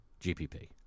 GPP